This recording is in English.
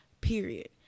Period